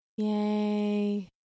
Yay